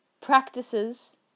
practices